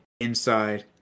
inside